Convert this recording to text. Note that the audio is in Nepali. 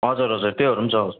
हजुर हजुर त्योहरू पनि छ